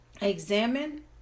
examine